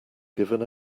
given